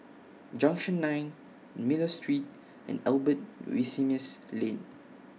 Junction nine Miller Street and Albert Winsemius Lane